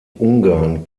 ungarn